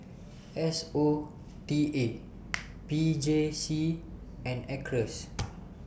S O T A P J C and Acres